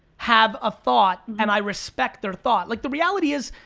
have a thought, and i respect their thought. like the reality is,